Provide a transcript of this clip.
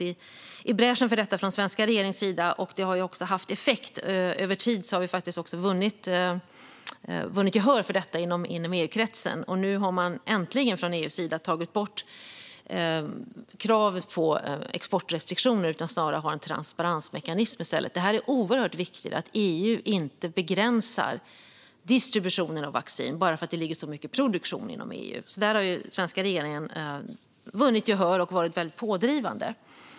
Den svenska regeringen har gått i bräschen, och det har haft effekt. Över tid har vi vunnit gehör för detta inom EU-kretsen. Nu har EU äntligen tagit bort kravet på exportrestriktioner och har i stället en transparensmekanism. Det är oerhört viktigt att EU inte begränsar distributionen av vaccin bara för att det ligger så mycket produktion inom EU. Där har den svenska regeringen vunnit gehör och varit pådrivande.